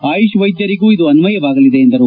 ಆಯುಷ್ ವೈದ್ಯರಿಗೂ ಇದು ಅನ್ವಯವಾಗಲಿದೆ ಎಂದರು